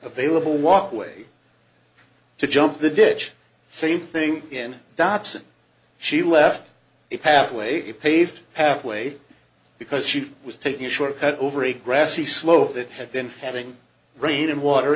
available walkway to jump the ditch same thing in datsun she left it halfway paved halfway because she was taking a short cut over a grassy slope that had been having rain and water